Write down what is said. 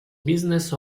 business